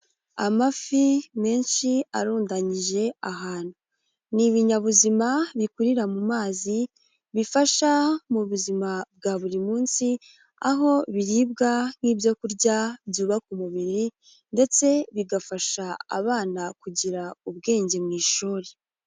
Amafi menshi arundanyije ahantu ni ibinyabuzima bikurira mu mazi bifasha mu buzima bwa buri munsi, aho biribwa nk'ibyo kurya byubaka umubiri ndetse bigafasha abana kugira ubwenge mu ishuri.